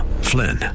Flynn